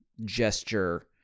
gesture